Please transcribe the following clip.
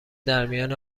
درمیان